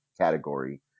category